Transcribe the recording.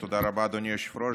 תודה רבה, אדוני היושב-ראש.